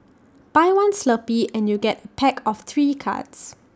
buy one Slurpee and you get A pack of three cards